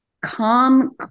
calm